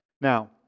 Now